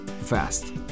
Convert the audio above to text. fast